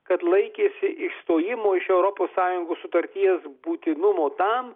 kad laikėsi išstojimo iš europos sąjungos sutarties būtinumo tam